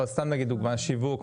אבל סתם לדוגמה שיווק,